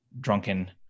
drunken